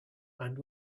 and